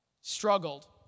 struggled